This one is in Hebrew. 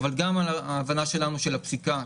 וגם על ההבנה שלנו של הפסיקה,